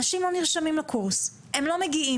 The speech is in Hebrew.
אנשים לא נרשמים לקורס, הם לא מגיעים.